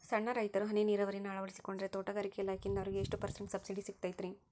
ಸಣ್ಣ ರೈತರು ಹನಿ ನೇರಾವರಿಯನ್ನ ಅಳವಡಿಸಿಕೊಂಡರೆ ತೋಟಗಾರಿಕೆ ಇಲಾಖೆಯಿಂದ ಅವರಿಗೆ ಎಷ್ಟು ಪರ್ಸೆಂಟ್ ಸಬ್ಸಿಡಿ ಸಿಗುತ್ತೈತರೇ?